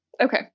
Okay